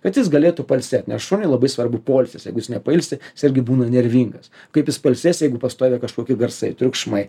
kad jis galėtų pailsėt nes šuniui labai svarbu poilsis jeigu jis nepailsi jis irgi būna nervingas kaip jis pailsės jeigu pastoviai kažkokie garsai triukšmai